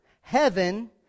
heaven